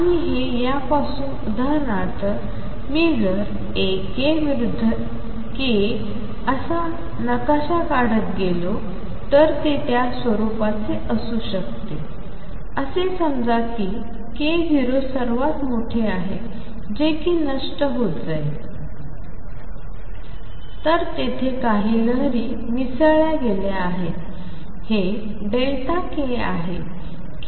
आणि हे यापासून उदाहरणार्थ मी जर A k विरुद्ध k असा नकाशा काढत गेलो तर ते त्या स्वरूपाचे असू शकते असे समजा की k0 सर्वात मोठे आहे जे कि नष्ट होत जाईल तर तेथे काही लहरी मिसळल्या गेल्या आहेत हे Δ k आहे